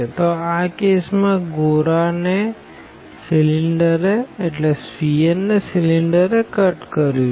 તો આ કેસ માં ગોળા ને સીલીન્ડર એ કટ કર્યું છે